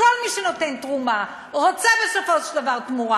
כי כל מי שנותן תרומה רוצה בסופו של דבר תמורה,